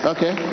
Okay